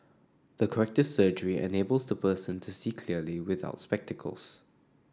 the corrective surgery enables the person to see clearly without spectacles